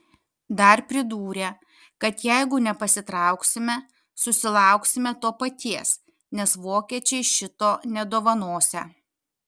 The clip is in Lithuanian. dar pridūrė kad jeigu nepasitrauksime susilauksime to paties nes vokiečiai šito nedovanosią